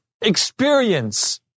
experience